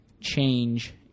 change